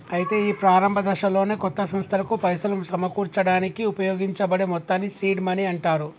అయితే ఈ ప్రారంభ దశలోనే కొత్త సంస్థలకు పైసలు సమకూర్చడానికి ఉపయోగించబడే మొత్తాన్ని సీడ్ మనీ అంటారు